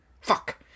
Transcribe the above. fuck